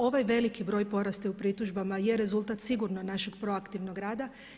Ovaj veliki broj porasta u pritužbama je rezultat sigurno našeg proaktivnog rada.